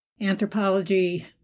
Anthropology